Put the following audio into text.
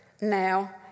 now